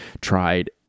tried